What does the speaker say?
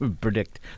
predict